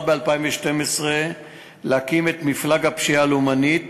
ב-2012 להקים את מפלג הפשיעה הלאומנית.